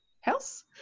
house